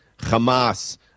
Hamas